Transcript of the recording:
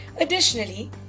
Additionally